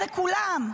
זה כולם.